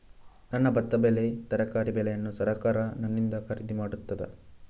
ನನ್ನ ಭತ್ತದ ಬೆಳೆ, ತರಕಾರಿ ಬೆಳೆಯನ್ನು ಸರಕಾರ ನನ್ನಿಂದ ಖರೀದಿ ಮಾಡುತ್ತದಾ?